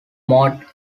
mode